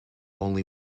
only